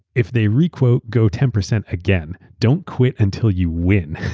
if they requote, go ten percent again. don't quit until you win. a